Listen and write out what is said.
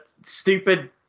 stupid